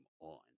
on